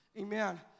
amen